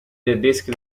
tedesche